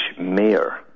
mayor